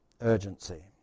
urgency